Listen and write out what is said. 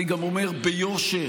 אני גם אומר ביושר,